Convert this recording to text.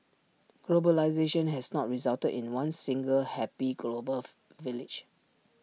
globalisation has not resulted in one single happy global of village